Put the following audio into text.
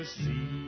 see